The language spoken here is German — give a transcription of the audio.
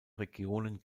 regionen